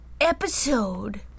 episode